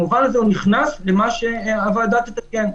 במובן הזה הוא נכנס למה שהוועדה תתקן.